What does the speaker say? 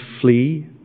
flee